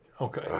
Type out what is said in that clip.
Okay